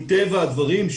מטבע הדברים,